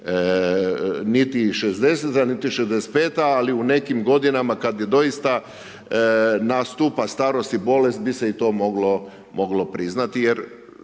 niti 60.-ta, niti 65.-ta, ali u nekim godinama kad je doista nastupa starost i bolest bi se i to moglo priznati